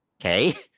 okay